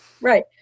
Right